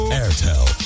airtel